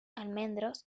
almendros